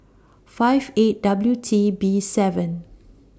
five eight W T B seven